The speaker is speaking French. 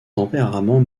tempérament